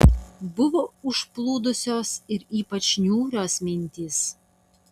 buvo užplūdusios ir ypač niūrios mintys